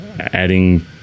Adding